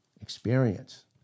Experience